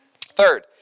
Third